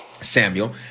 Samuel